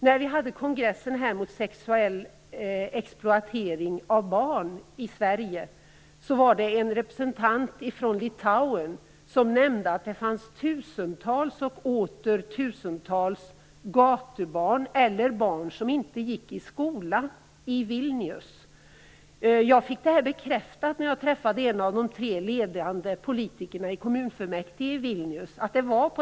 När vi höll kongress mot sexuell exploatering av barn i Sverige var det en representant från Litauen som nämnde att det fanns tusentals och åter tusentals gatubarn eller barn som inte gick i skola i Vilnius. Jag fick bekräftat att det var på detta sätt när jag träffade en av de tre ledande politikerna i kommunfullmäktige i Vilnius.